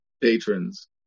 patrons